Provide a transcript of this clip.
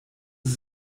sie